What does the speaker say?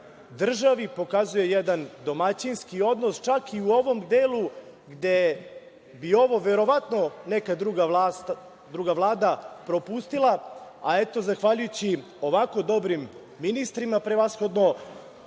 državi pokazuje jedan domaćinski odnos, čak i u ovom delu gde bi ovo verovatno neka druga Vlada propustila, a eto, zahvaljujući ovako dobrim ministrima prevashodno